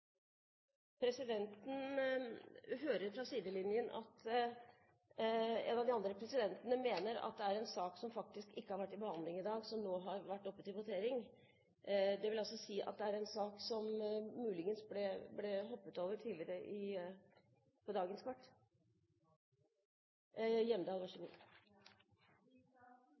Presidenten hører fra sidelinjen at en av de andre presidentene mener at det er en sak som faktisk ikke har vært til behandling i dag, som nå har vært oppe til votering. Det vil altså si at det er en sak som muligens ble hoppet over på dagens kart tidligere. Line Henriette Hjemdal, vær så god.